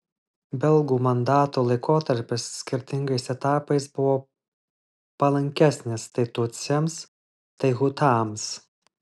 belgų mandato laikotarpis skirtingais etapais buvo palankesnis tai tutsiams tai hutams